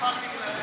לעובדי הוראה),